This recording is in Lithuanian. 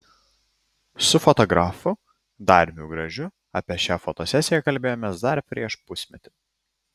su fotografu dariumi gražiu apie šią fotosesiją kalbėjomės dar prieš pusmetį